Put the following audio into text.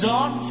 on